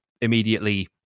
immediately